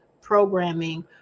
programming